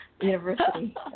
university